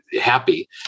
happy